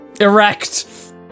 Erect